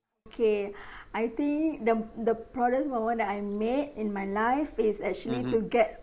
okay I think the the proudest moment that I made in my life is actually to get